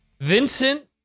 vincent